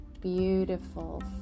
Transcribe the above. Beautiful